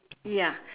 ya